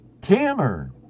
Tanner